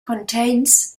contains